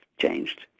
changed